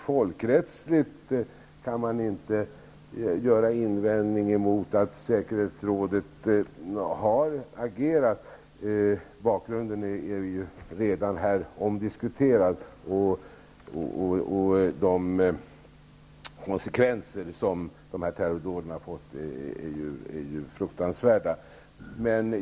Folkrättsligt kan man inte göra invändningar mot att säkerhetsrådet har agerat. Bakgrunden är ju omdiskuterad. De konsekvenser som terrordåden har fått är fruktansvärda.